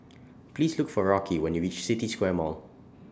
Please Look For Rocky when YOU REACH The City Square Mall